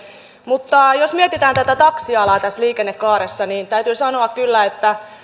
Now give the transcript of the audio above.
mutta jos mietitään tätä taksialaa tässä liikennekaaressa niin täytyy sanoa kyllä että